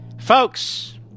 Folks